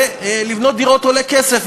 ולבנות דירות עולה כסף,